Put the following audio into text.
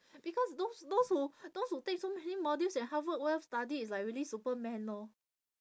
because those those who those who take so many modules and half work while half study is like really superman lor